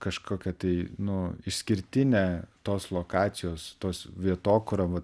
kažkokią tai nu išskirtinę tos lokacijos tos vietokūra va